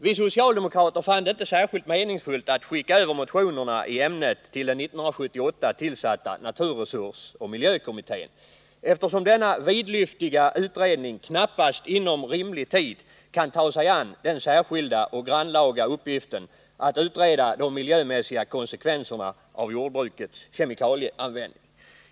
Vi socialdemokrater fann det inte särskilt meningsfullt att skicka över motionerna i ämnet till den år 1978 tillsatta naturresursoch miljökommittén, eftersom denna vidlyftiga utredning knappast inom rimlig tid kan ta sig an den särskilda och grannlaga uppgiften att utreda de miljömässiga konsekvenserna av jordbrukets kemikalieanvändning.